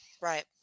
Right